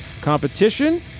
competition